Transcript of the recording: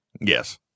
Yes